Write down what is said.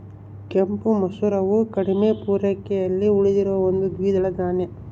ಕೆಂಪು ಮಸೂರವು ಕಡಿಮೆ ಪೂರೈಕೆಯಲ್ಲಿ ಉಳಿದಿರುವ ಒಂದು ದ್ವಿದಳ ಧಾನ್ಯ